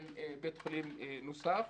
בית חולים נוסף,